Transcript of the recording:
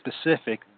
specific